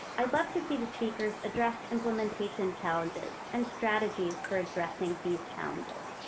i'd love to see the speakers address implementation challenges and strategies for addressing these challenges.